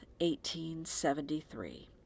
1873